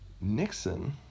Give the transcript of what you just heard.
Nixon